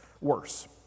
worse